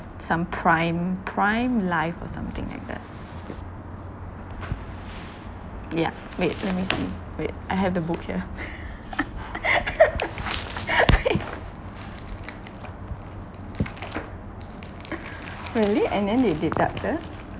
some prime prime life or something like that yeah wait let me see wait I have the book here really and then they deducted